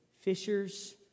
fishers